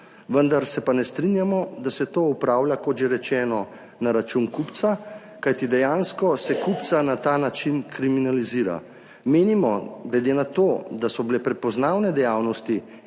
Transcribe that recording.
vendar se pa ne strinjamo, da se to opravlja, kot že rečeno, na račun kupca, kajti dejansko se kupca na ta način kriminalizira. Menimo, glede na to, da so bile prepoznavne dejavnosti,